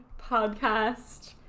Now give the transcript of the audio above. podcast